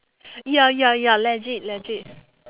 ya ya ya legit legit